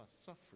suffering